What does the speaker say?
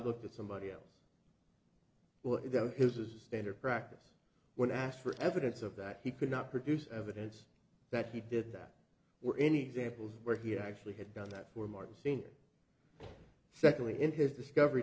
looked at somebody else will it go here's a standard practice when asked for evidence of that he could not produce evidence that he did that were any examples where he actually had done that for martin sr secondly in his discovery